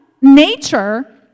nature